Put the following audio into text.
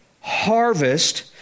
harvest